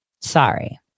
Sorry